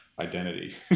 identity